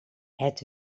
het